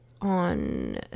on